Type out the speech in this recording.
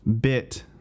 bit